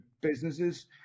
businesses